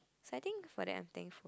I think for them I think